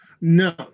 no